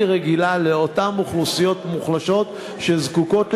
רגילה לאותן אוכלוסיות מוחלשות שזקוקות לזה.